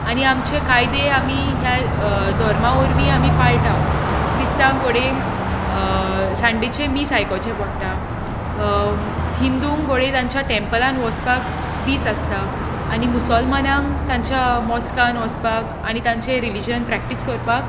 आनी आमचे कायदे आमी ह्या धोर्मा वोरवीं आमी पाळटांव क्रिस्तांवांक घोडयेक संडेचें मीस आयकोचें पोडटा हिंदूंक घोडयेक तांच्या टॅम्पलांत वोचपाक दीस आसता आनी मुसोलमानांक तांच्या मॉस्कांत वोचपाक आनी तांचें रिलीजन प्रॅक्टीस कोरपाक